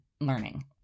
learning